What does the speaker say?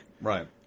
Right